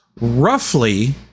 roughly